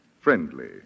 Friendly